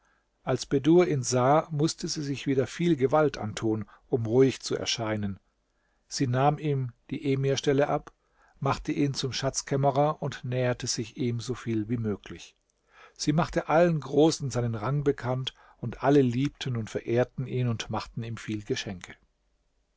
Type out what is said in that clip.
als bedur ihn sah mußte sie sich wieder viel gewalt antun um ruhig zu erscheinen sie nahm ihm die emirstelle ab machte ihn zum schatzkämmerer und näherte sich ihm so viel wie möglich sie machte allen großen seinen rang bekannt und alle liebten und verehrten ihn und machten ihm viel geschenke